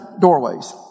doorways